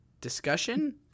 Discussion